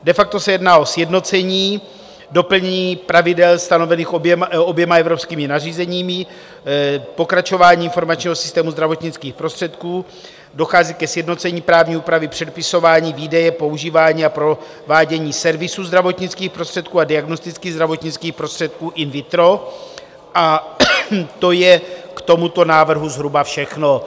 De facto se jedná o sjednocení, doplnění pravidel stanovených oběma evropskými nařízeními, pokračování informačních systémů zdravotnických prostředků, dochází ke sjednocení právní úpravy předpisování, výdeje, používání a provádění servisu zdravotnických prostředků a diagnostických zdravotnických prostředků in vitro, a to je k tomuto návrhu zhruba všechno.